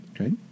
Okay